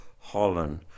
Holland